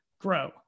grow